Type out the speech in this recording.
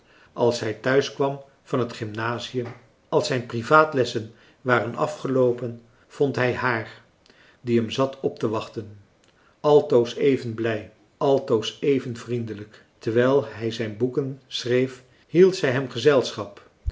als hij thuiskwam van het gymnasium als zijn privaatlessen waren afgeloopen vond hij hààr die hem zat op te wachten altoos even blij altoos even vriendelijk terwijl hij zijn boeken schreef hield zij hem gezelschap